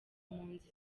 mpunzi